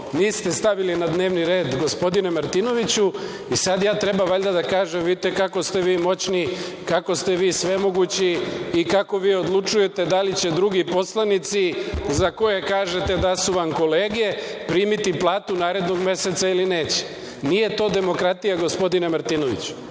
niste stavili na dnevni red gospodine Martinoviću i sad ja treba valjda da kažem - vidite kako ste vi moćni, kako ste vi svemogući i kako vi odlučujete da li će drugi poslanici, za koje kažete da su vam kolege, primiti platu narednog meseca ili neće. Nije to demokratija gospodine Martinoviću.